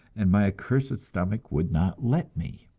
and my accursed stomach would not let me.